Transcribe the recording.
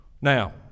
Now